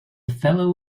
fellow